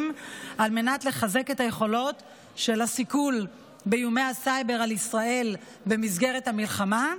על מנת לחזק את היכולות של הסיכול באיומי הסייבר על ישראל במסגרת המלחמה,